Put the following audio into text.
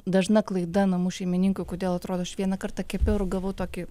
dažna klaida namų šeimininkui kodėl atrodo aš vieną kartą kepiau ir gavau tokį